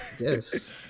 Yes